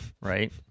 right